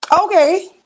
Okay